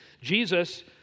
Jesus